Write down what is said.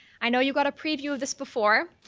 i know you got a preview of this before,